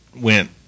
went